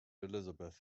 elizabeth